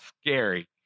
scary